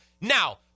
Now